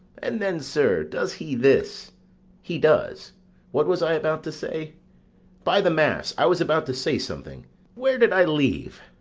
and then, sir, does he this he does what was i about to say by the mass, i was about to say something where did i leave?